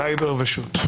סייבר ושות'.